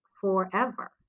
forever